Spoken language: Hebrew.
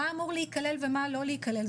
מה אמור להיכלל ומה לא להיכלל,